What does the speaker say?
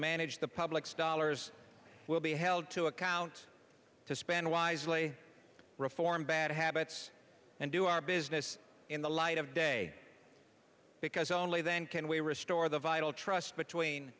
manage the public's dollars will be held to account to spend wisely reform bad habits and do our business in the light of day because only then can we restore the vital trust between